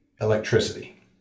electricity